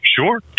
sure